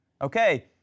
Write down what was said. Okay